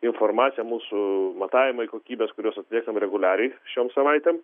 informacija mūsų matavimai kokybės kuriuos atliekam reguliariai šiom savaitėm